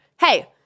hey